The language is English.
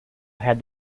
had